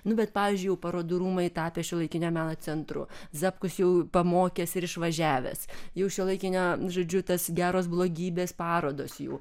nu bet pavyzdžiui jau parodų rūmai tapę šiuolaikinio meno centru zapkus jau pamokęs ir išvažiavęs jau šiuolaikinio žodžiu tos geros blogybės parodos jų